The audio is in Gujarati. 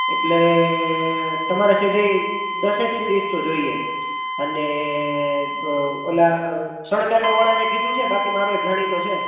એટલે તમારે સેજેય દસેક સિરીજ તો જોઈએ અને ઓલા શણગારવા વાળાને કીધું છે બાકી મારો એક જાણીતો છે